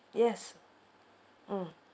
yes mm